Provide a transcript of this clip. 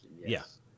Yes